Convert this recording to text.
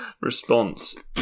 Response